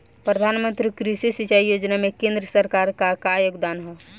प्रधानमंत्री कृषि सिंचाई योजना में केंद्र सरकार क का योगदान ह?